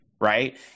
right